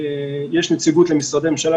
יש נציגות למשרדי הממשלה,